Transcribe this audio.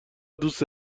دوست